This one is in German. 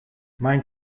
mein